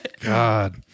God